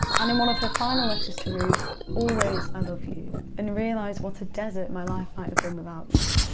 and in one of her final letters to ruth always i love you, and realise what a desert my life might have been without you.